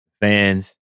fans